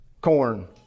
corn